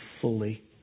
fully